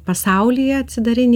pasaulyje atsidarinėja